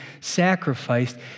sacrificed